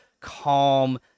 calm